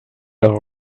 all